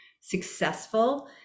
successful